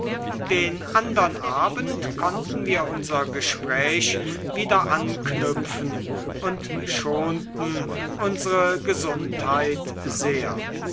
den andern abend konnten wir unser gespräch wieder anknüpfen und schonten unsre gesundheit sehr